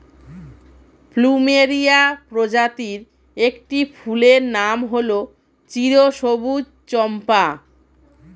plumeria প্রজাতির একটি ফুলের নাম হল চিরসবুজ চম্পা